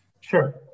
Sure